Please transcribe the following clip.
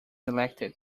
elected